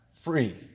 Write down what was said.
free